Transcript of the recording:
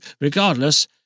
Regardless